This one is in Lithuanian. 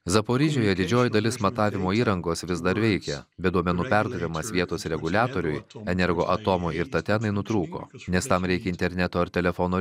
zaporižiuje didžioji dalis matavimo įrangos vis dar veikia bet duomenų perdavimas vietos reguliatoriui energo atomo ir tatenai nutrūko nes tam reikia interneto ar telefono